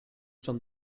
from